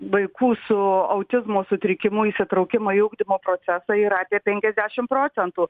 vaikų su autizmo sutrikimu įsitraukimą į ugdymo procesą yra apie penkiasdešim procentų